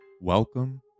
Welcome